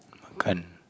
can't